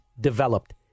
developed